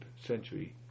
century